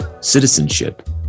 citizenship